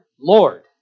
Lord